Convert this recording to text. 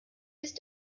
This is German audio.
ist